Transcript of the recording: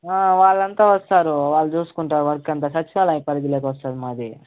వాళ్ళు అంతా వస్తారు వాళ్ళు చూసుకుంటారు వర్క్ అంతా సచివాలయం పరిధిలోకి వస్తుంది మాది